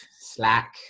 Slack